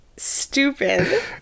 stupid